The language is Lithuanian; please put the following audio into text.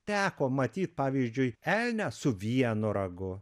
teko matyti pavyzdžiui elnią su vienu ragu